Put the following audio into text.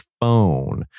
phone